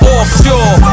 Offshore